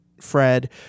Fred